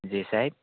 જી સાહેબ